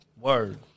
Word